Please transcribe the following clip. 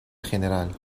general